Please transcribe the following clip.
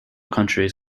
countries